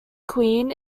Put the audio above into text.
queen